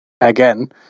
again